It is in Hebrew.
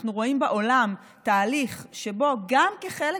אנחנו רואים בעולם תהליך שבו גם כחלק,